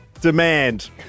demand